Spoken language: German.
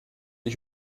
ich